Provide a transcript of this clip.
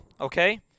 okay